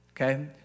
Okay